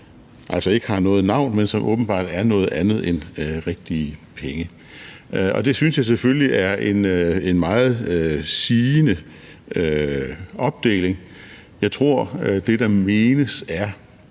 som ikke har noget navn, men som åbenbart er noget andet end rigtige penge. Og det synes jeg selvfølgelig er en meget sigende opdeling. Jeg tror, at det, der menes med